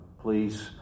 please